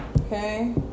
Okay